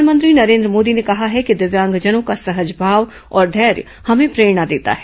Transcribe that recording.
वहीं प्रधानमंत्री नरेंद्र मोदी ने कहा है कि दिव्यांगजनों का सहज भाव और धैर्य हमें प्रेरणा देता है